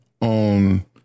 on